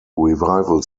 revival